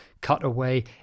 cutaway